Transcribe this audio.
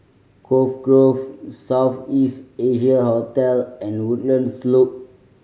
Cove Grove South East Asia Hotel and Woodlands Loop